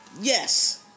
yes